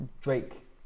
drake